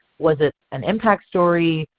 was it an impact story?